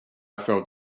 felt